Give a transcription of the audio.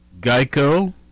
Geico